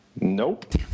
nope